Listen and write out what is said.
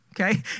Okay